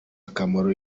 akamaro